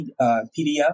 PDF